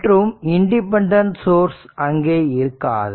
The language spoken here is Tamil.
மற்றும் இன்டிபென்டன்ட் சோர்ஸ் அங்கே இருக்காது